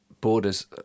borders